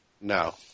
No